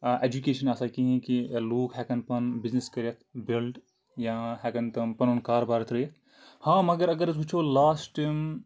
education آسان کِہیٖنۍ کہ لُکھ ہٮ۪کَن پَنُن بِزنٮ۪س کٔرِتھ بِلڑ یا ہٮ۪کَن تِم پَنُن کاربار ترٛٲیِتھ ہاں مگر اگر أسۍ وٕچھو لاسٹِم